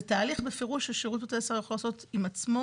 זה תהליך בפירוש ששירות בתי הסוהר יכול לעשות עם עצמו